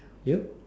you